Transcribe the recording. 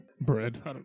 bread